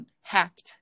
hacked